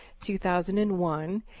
2001